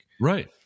Right